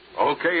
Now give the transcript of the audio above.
Okay